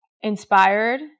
inspired